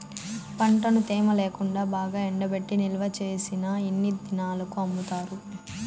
పంటను తేమ లేకుండా బాగా ఎండబెట్టి నిల్వచేసిన ఎన్ని దినాలకు అమ్ముతారు?